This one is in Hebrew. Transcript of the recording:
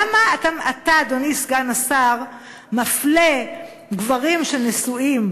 למה אתה, אדוני סגן השר, מפלה גברים שנשואים